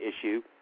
issue